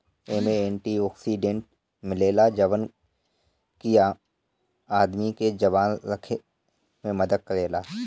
एमे antioxidant मिलेला जवन की आदमी के जवान रखे में मदद करेला